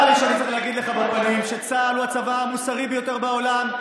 צר לי שאני צריך להגיד לך בפנים שצה"ל הוא הצבא המוסרי ביותר בעולם,